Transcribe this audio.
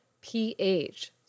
pH